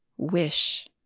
wish